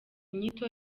inyito